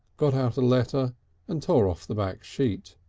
got out a letter and tore off the back sheet.